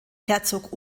herzog